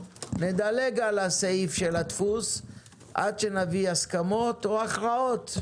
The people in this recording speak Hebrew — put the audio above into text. נדלג על סעיף הדפוס עד שנביא הסכמות או הכרעות.